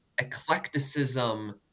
eclecticism